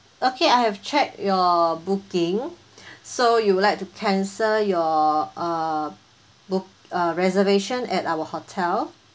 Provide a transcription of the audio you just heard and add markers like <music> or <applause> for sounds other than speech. okay I have checked your booking <breath> so you would like to cancel your uh book~ uh reservation at our hotel